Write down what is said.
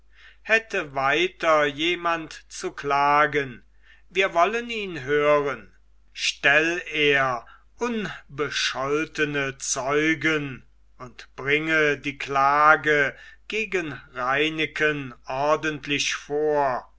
hätte weiter jemand zu klagen wir wollen ihn hören stell er unbescholtene zeugen und bringe die klage gegen reineken ordentlich vor